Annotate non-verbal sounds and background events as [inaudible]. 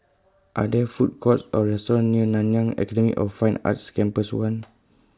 Are There Food Courts Or restaurants near Nanyang Academy of Fine Arts Campus one [noise]